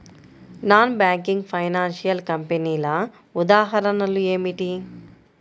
Non banking financial కంపెనీల ఉదాహరణలు ఏమిటి?